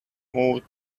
moved